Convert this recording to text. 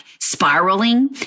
spiraling